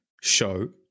show